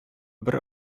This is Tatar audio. бер